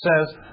says